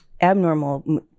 abnormal